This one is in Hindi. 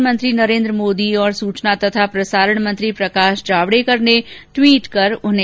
प्रधानमंत्री नरेन्द्र मोदी और सूचना और प्रसारण मंत्री प्रकाश जावड़ेकर ने ट्वीट कर उन्हें नमन किया है